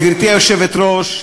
גברתי היושבת-ראש,